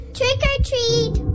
Trick-or-treat